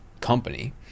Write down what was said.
company